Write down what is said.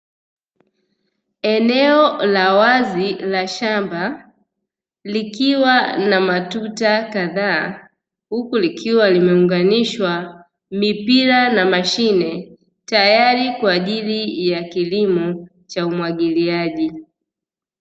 Eneo la wazi la shamba likiwa lina matuta kadhaa, huku likiwa limeunganishwa mipira na mashine tayari kwa ajili ya kilimo cha umwagiliaji.